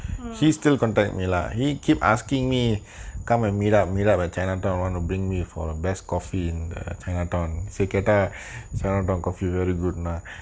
mm